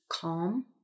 calm